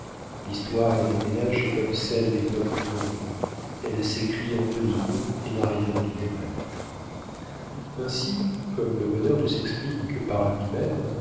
l'histoire des bons ménages est comme celle des peuples heureux elle s'écrit en deux lignes et n'a rien de littéraire aussi comme le bonheur ne s'explique que par lui-même